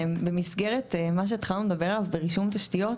במסגרת מה שהתחלנו לדבר עליו ברישום תשתיות,